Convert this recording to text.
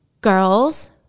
girls